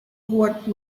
what